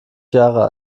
jahre